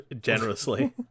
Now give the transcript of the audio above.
generously